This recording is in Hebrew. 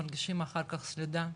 מרגישים אחר כך סלידה.